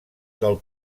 del